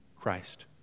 Christ